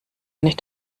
nicht